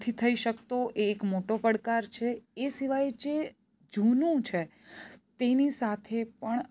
નથી થઈ શકતો એ એક મોટો પડકાર છે એ સિવાય જે જૂનું છે તેની સાથે પણ